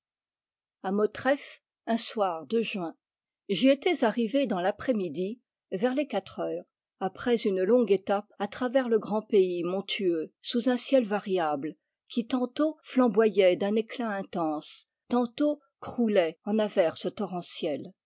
amotreff un soir de juin j'y étais arrivé dans l'après-midi sur les quatre heures après une longue étape à travers le grand pays mon tueux sous un ciel variable qui tantôt namboyait d'un éclat intense tantôt croulait en averses torrentielles